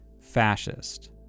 fascist